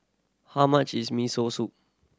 how much is Miso Soup